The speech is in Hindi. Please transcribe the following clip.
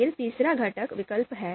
फिर तीसरा घटक विकल्प है